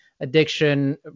Addiction